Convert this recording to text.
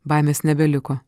baimės nebeliko